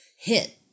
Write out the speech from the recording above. hit